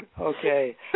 Okay